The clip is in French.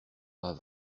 bas